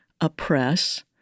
oppress